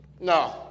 No